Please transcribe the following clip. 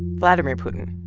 vladimir putin,